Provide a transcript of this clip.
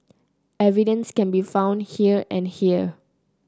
evidence can be found here and here